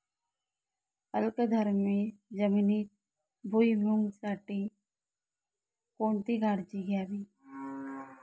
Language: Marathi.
अल्कधर्मी जमिनीत भुईमूगासाठी कोणती काळजी घ्यावी?